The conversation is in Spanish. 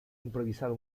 improvisado